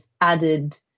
added